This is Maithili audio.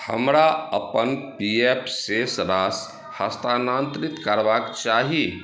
हमरा अपन पी एफ शेष राशि हस्तानांतरित करबाक चाही